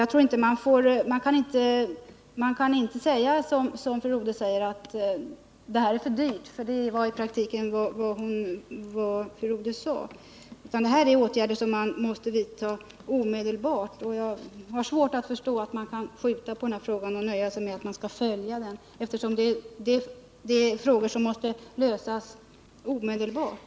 Man kan inte som fru Rodhe gör säga att detta är för dyrt — det var vad fru Rodhe i praktiken sade — utan de åtgärder jag angivit är sådana som man måste vidta omedelbart. Jag har svårt att förstå att man kan skjuta på detta och nöja sig med att säga att man skall följa frågorna. Dessa frågor måste man ta itu med omedelbart.